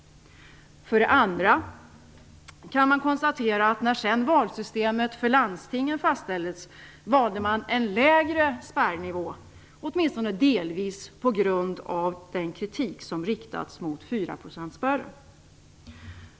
För det andra kan man konstatera att när sedan valsystemet för landstingen fastställdes valde man en lägre spärrnivå, åtminstone delvis på grund av den kritik som riktats mot fyraprocentsspärren.